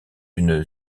une